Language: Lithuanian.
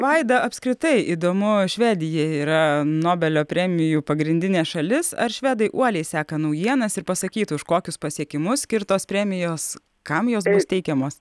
vaida apskritai įdomu švedija yra nobelio premijų pagrindinė šalis ar švedai uoliai seka naujienas ir pasakytų už kokius pasiekimus skirtos premijos kam jos teikiamos